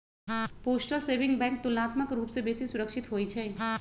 postal saving bank तुलनात्मक रूप से बेशी सुरक्षित होइ छइ